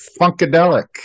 Funkadelic